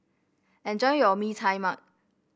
enjoy your Mee Tai Mak